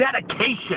dedication